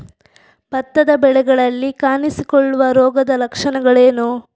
ಭತ್ತದ ಬೆಳೆಗಳಲ್ಲಿ ಕಾಣಿಸಿಕೊಳ್ಳುವ ರೋಗದ ಲಕ್ಷಣಗಳೇನು?